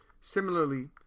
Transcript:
Similarly